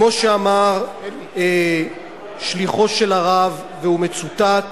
כמו שאמר שליחו של הרב, והוא מצוטט: